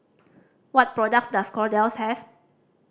what products does Kordel's have